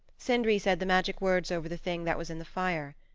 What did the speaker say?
sindri said the magic words over the thing that was in the fire.